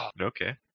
Okay